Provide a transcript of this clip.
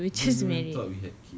obviously we were just married